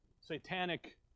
satanic